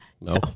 No